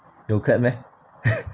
got clap meh